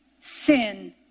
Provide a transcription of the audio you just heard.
sin